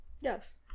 Yes